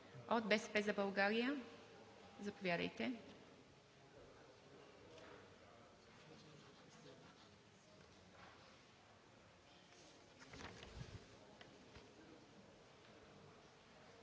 От „БСП за България“? Заповядайте,